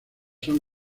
son